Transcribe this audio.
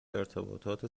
ارتباطات